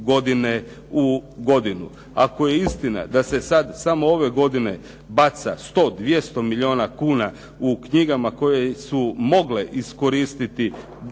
godine u godinu. Ako je istina da se sad samo ove godine baca 100, 200 milijuna kuna u knjigama koje su mogle iskoristiti